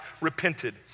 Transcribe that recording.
repented